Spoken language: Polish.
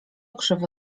krzywo